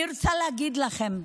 אני רוצה להגיד לכם,